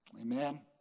Amen